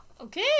Okay